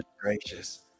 gracious